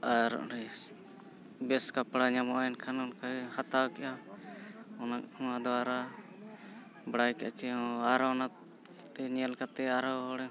ᱟᱨ ᱚᱸᱰᱮ ᱵᱮᱥ ᱠᱟᱯᱲᱟ ᱧᱟᱢᱚᱜᱼᱟ ᱮᱱᱠᱷᱟᱱ ᱚᱱᱠᱟᱭ ᱦᱟᱛᱟᱣ ᱠᱮᱫᱟᱢ ᱚᱱᱟ ᱫᱚᱣᱟᱨᱟ ᱵᱟᱲᱟᱭ ᱠᱟᱜ ᱪᱮᱦᱚᱸ ᱟᱨᱚ ᱚᱱᱟᱛᱮ ᱧᱮᱞ ᱠᱟᱛᱮᱫ ᱟᱨᱦᱚᱸ ᱦᱚᱲ